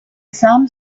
some